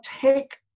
take